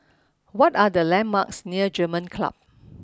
what are the landmarks near German Club